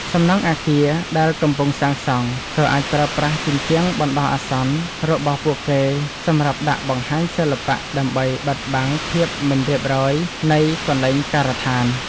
សំណង់អគារដែលកំពុងសាងសង់ ក៏អាចប្រើប្រាស់ជញ្ជាំងបណ្ដោះអាសន្នរបស់ពួកគេសម្រាប់ដាក់បង្ហាញសិល្បៈ ដើម្បីបិទបាំងភាពមិនរៀបរយនៃកន្លែងការដ្ឋាន។